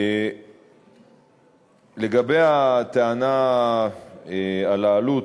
לגבי הטענה על העלות,